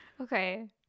Okay